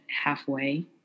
halfway